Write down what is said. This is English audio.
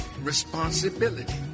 responsibility